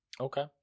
Okay